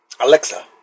Alexa